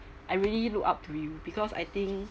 I really look up to you because I think